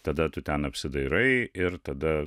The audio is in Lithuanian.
tada tu ten apsidairai ir tada